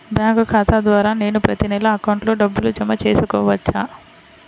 Bank ఖాతా ద్వారా నేను ప్రతి నెల అకౌంట్లో డబ్బులు జమ చేసుకోవచ్చా?